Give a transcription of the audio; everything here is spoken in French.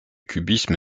cubisme